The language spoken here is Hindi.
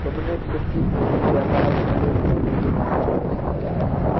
तुमने प्रतिभूति व्यापार में निवेश करने के बारे में कुछ सोचा?